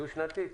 דו-שנתית?